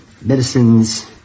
medicines